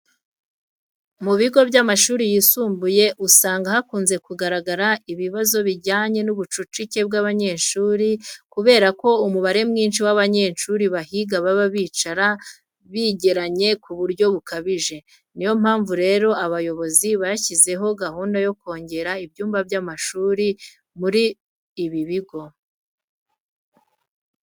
Mu bigo by'amashuri yisumbuye usanga hakunze kugaragara ibibazo bijyanye n'ubucucike bw'abanyeshuri kubera ko umubare mwinshi w'abanyeshuri bahiga baba bicara bigeranye ku buryo bukabije. Ni yo mpamvu rero abayobozi bashyizeho gahunda yo kongera ibyumba by'amashuri muri ibi bigo.